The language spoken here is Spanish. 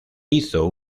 hizo